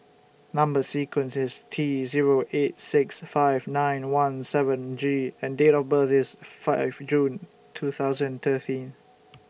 Number sequence IS T Zero eight six five nine one seven G and Date of birth IS five June two thousand and thirteen